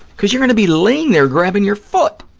because you're going to be laying there, grabbing your foot?